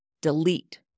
delete